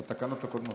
נרשמת בתקנות הקודמות.